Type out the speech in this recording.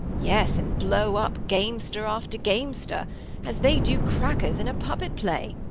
yes, and blow up gamester after gamester, as they do crackers in a puppet-play.